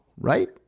right